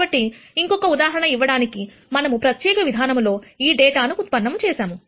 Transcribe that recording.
కాబట్టి ఇంకొక ఉదాహరణ ఇవ్వడానికి మనము ప్రత్యేక విధానములో ఈ డేటా ను ఉత్పన్నం చేసాము